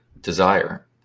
desire